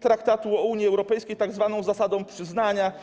Traktatu o Unii Europejskiej, tzw. zasadą przyznania.